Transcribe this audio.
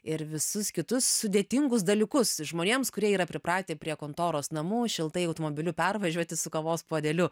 ir visus kitus sudėtingus dalykus žmonėms kurie yra pripratę prie kontoros namų šiltai automobiliu pervažiuoti su kavos puodeliu